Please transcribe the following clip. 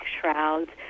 shrouds